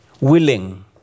willing